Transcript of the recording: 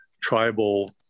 tribal